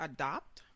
Adopt